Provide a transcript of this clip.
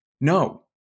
No